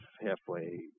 halfway